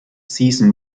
season